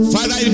Father